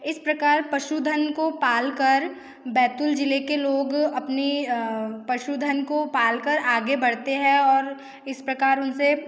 इस प्रकार पशुधन को पाल कर बैतूल ज़िले के लोग अपनी पशुधन को पाल कर आगे बढ़ते हैं और इस प्रकार उन से